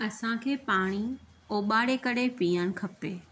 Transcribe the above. असांखे पाणी उॿारे करे पीअणु खपे